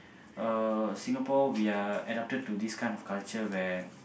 uh Singapore we are adapted to this kind of culture where